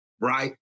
right